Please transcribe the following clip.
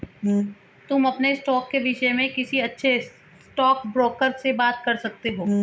तुम अपने स्टॉक्स के विष्य में किसी अच्छे स्टॉकब्रोकर से बात कर सकते हो